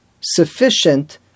sufficient